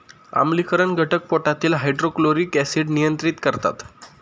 आम्लीकरण घटक पोटातील हायड्रोक्लोरिक ऍसिड नियंत्रित करतात